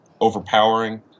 overpowering